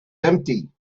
empty